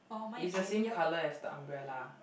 is the same colour as the umbrella